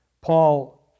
Paul